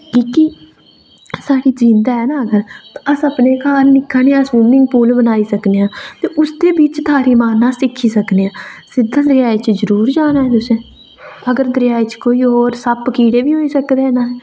जेह्की साढ़ी जिंद ऐ ना अगर ते अस अपने घर निक्का नेहा स्विमिमंग पूल बनाई सकने आं ते उस दे बिच्च तारी मारना सिक्खी सकने आं सिद्धे दरेआ च जरूर जाना ऐ अगर दरेआ च कोई होर सप्प कीड़े बी होई सकदे न